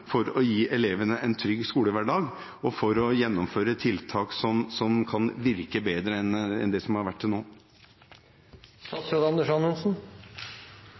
for å gi elevene en trygg skolehverdag og for å gjennomføre tiltak som kan virke bedre enn det som har vært til